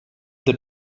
them